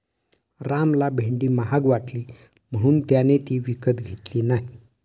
रामला भेंडी महाग वाटली म्हणून त्याने ती विकत घेतली नाही